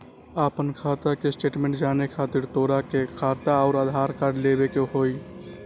आपन खाता के स्टेटमेंट जाने खातिर तोहके खाता अऊर आधार कार्ड लबे के होइ?